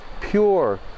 pure